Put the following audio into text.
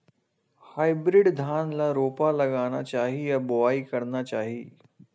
Hybrid धान ल रोपा लगाना चाही या बोआई करना चाही?